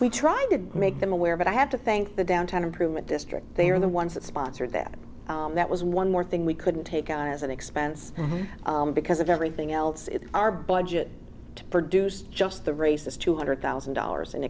we tried to make them aware but i have to think the downtown improvement district they are the ones that sponsored that that was one more thing we couldn't take on as an expense because of everything else in our budget to produce just the races two hundred thousand dollars